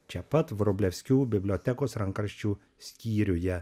čia pat vrublevskių bibliotekos rankraščių skyriuje